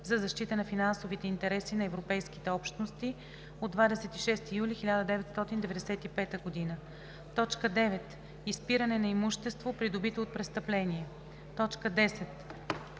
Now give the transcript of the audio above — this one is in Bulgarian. за защита на финансовите интереси на Европейските общности от 26 юли 1995 г.; 9. изпиране на имущество, придобито от престъпление; 10.